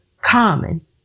common